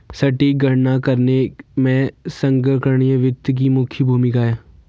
सटीक गणना करने में संगणकीय वित्त की मुख्य भूमिका है